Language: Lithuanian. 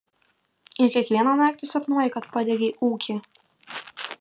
ir kiekvieną naktį sapnuoji kad padegei ūkį